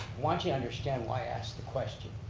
want you to understand why i ask the question,